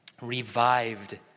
revived